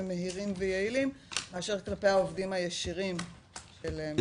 מהירים ויעילים מאשר כלפי העובדים הישירים של המשרד.